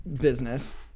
business